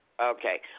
Okay